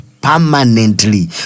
permanently